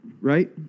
right